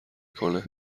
کنه